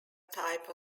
type